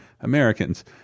Americans